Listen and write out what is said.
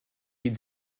den